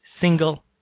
single